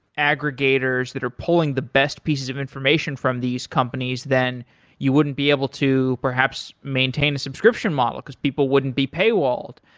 aggregators that are pulling the best pieces of information from these companies, then you wouldn't be able to perhaps maintain the subscription model, because people wouldn't be pay walled.